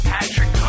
Patrick